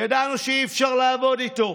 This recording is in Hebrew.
ידענו שאי-אפשר לעבוד איתו.